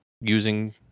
using